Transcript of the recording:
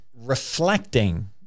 reflecting